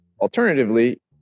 alternatively